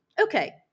okay